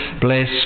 bless